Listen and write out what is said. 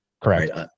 Correct